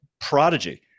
prodigy